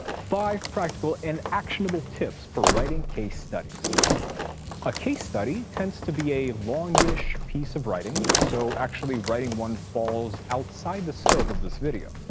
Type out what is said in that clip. five practical and actionable tips for writing case studies a case study tends to be a long-ish piece of writing, so actually writing one falls outside the scope of this video.